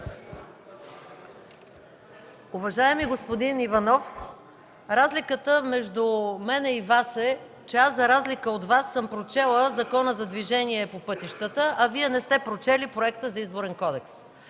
Уважаеми господин Иванов, разликата между мен и Вас е, че, за разлика от Вас, съм прочела Закона за движението по пътищата, а Вие не сте прочели Проекта за Изборен кодекс.